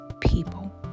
people